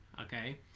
Okay